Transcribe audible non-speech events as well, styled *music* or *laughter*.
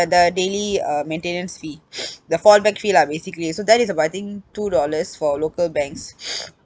the daily uh maintenance fee *noise* the fallback fee lah basically so that is about I think two dollars for local banks *noise*